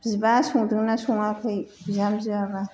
बिबा संदोंना सङाखै बिहामजोआबा